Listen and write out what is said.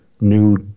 new